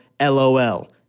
LOL